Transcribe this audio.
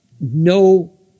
No